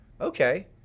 Okay